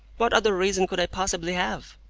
what other reason could i possibly have?